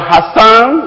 Hassan